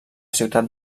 ciutat